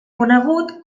conegut